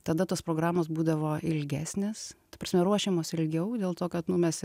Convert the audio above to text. tada tos programos būdavo ilgesnės ta prasme ruošiamos ilgiau dėl to kad nu mes